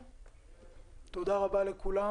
תודה רבה לכולם.